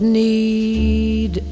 need